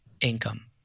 income